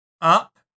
up